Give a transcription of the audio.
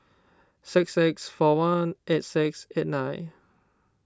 six six four one eight six eight nine